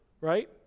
right